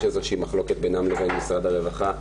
יש איזושהי מחלוקת בינם לבין משרד הרווחה.